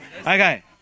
Okay